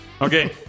okay